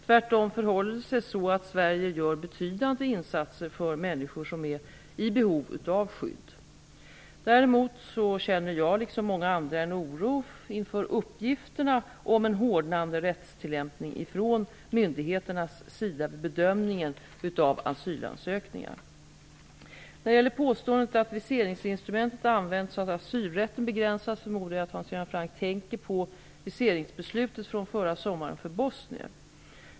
Tvärtom förhåller det sig så att Sverige gör betydande insatser för människor som är i behov av skydd. Däremot känner jag, liksom många andra, en oro inför uppgifterna om en hårdnande rättstillämpning från myndigheternas sida vid bedömningen av asylansökningar. När det gäller påståendet att viseringsinstrumentet används så att asylrätten begränsas förmodar jag att Hans Göran Franck tänker på viseringsbeslutet från förra sommaren för bosnier.